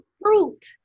fruit